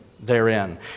Therein